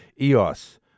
eos